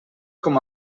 com